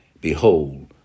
Behold